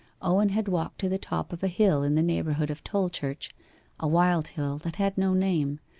owen had walked to the top of a hill in the neighbourhood of tolchurch a wild hill that had no name,